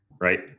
right